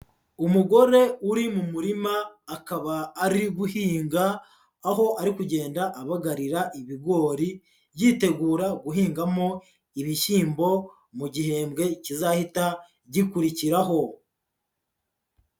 Umugore uri mu murima akaba ari guhinga, aho ari kugenda abagarira ibigori, yitegura guhingamo ibishyimbo mu gihembwe kizahita gikurikiraho.